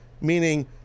meaning